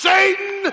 Satan